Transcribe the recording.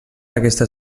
aquesta